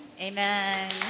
Amen